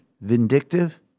vindictive